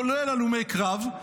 כולל הלומי קרב,